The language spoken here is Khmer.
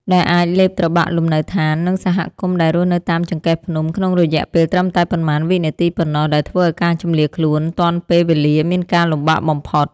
ដែលអាចលេបត្របាក់លំនៅដ្ឋាន និងសហគមន៍ដែលរស់នៅតាមចង្កេះភ្នំក្នុងរយៈពេលត្រឹមតែប៉ុន្មានវិនាទីប៉ុណ្ណោះ ដែលធ្វើឱ្យការជម្លៀសខ្លួនទាន់ពេលវេលាមានការលំបាកបំផុត។